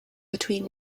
between